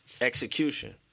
execution